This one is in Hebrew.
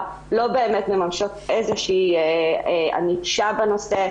לא מממשות באמת איזושהי ענישה בנושא.